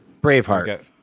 Braveheart